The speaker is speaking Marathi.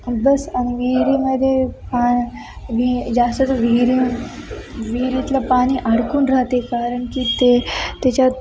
बस आणि विहिरीमध्ये पा वि जास्ततं विहिरी विहिरीतलं पाणी अडकून राहते कारण की ते त्याच्यात